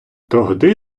тогди